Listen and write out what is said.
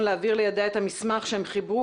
להעביר לידיה את המסמך שהם חיברו,